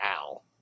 al